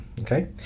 okay